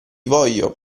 voglio